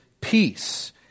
peace